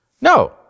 No